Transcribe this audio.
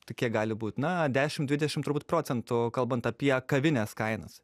tai kiek gali būti na dešim dvidešimt procentų kalbant apie kavinės kainas